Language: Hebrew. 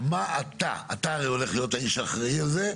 מה אתה, אתה הרי הולך להיות האיש שאחראי על זה,